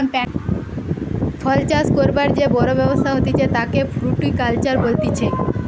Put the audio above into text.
ফল চাষ করবার যে বড় ব্যবসা হতিছে তাকে ফ্রুটিকালচার বলতিছে